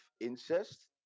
incest